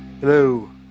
Hello